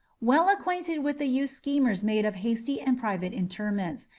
well acquainted with the use schemers made of hasty and private interments,